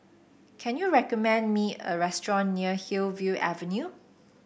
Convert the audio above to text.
can you recommend me a restaurant near Hillview Avenue